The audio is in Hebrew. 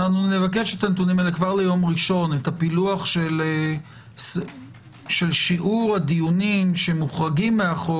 את פילוח שיעור הדיונים שמוחרגים מהחוק